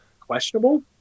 questionable